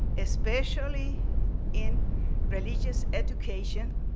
especially in religious education,